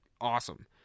awesome